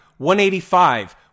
185